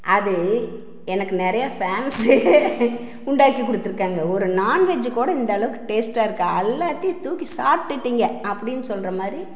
அது எனக்கு நிறையா ஃபேமஸ்ஸு உண்டாக்கி கொடுத்துருக்காங்க ஒரு நாண்வெஜ்ஜு கூட இந்தளவுக்கு டேஸ்ட்டா இருக்கா அல்லாட்டி தூக்கி சாப்பிடுட்டிங்க அப்படின்னு சொல்கிற மாதிரி